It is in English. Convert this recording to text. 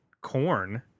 corn